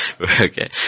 Okay